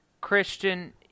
Christian